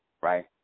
right